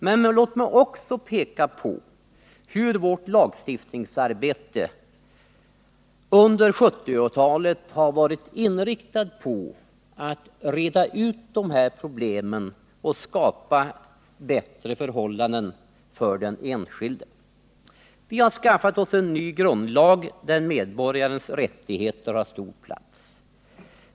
Men låt mig också peka på att vårt lagstiftningsarbete under 1970-talet har varit inriktat på att reda ut de här problemen i syfte att skapa bättre förhållanden för den enskilde. Vi har skaffat oss en ny grundlag, där medborgarens rättigheter har stor plats.